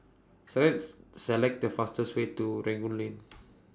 Select Select The fastest Way to Rangoon Lane